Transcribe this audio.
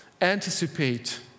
anticipate